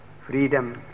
freedom